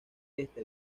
este